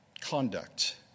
conduct